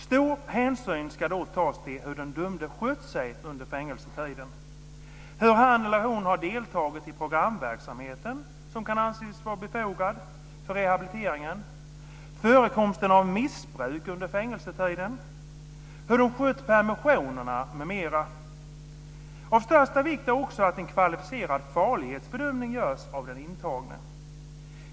Stor hänsyn ska då tas till hur den dömde skött sig under fängelsetiden; hur han eller hon har deltagit i den programverksamhet som kan anses vara befogad för rehabiliteringen, förekomsten av missbruk under fängelsetiden och hur permissioner m.m. har skötts. Av största vikt är också att en kvalificerad farlighetsbedömning görs av den intagne.